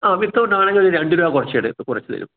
ആ വിത്തൗട്ട് ആണെങ്കിൽ ഒരു രണ്ട് രൂപ കുറച്ചു തരും കുറച്ചു തരും